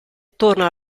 torna